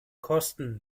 kosten